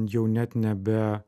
jau net nebe